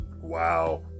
Wow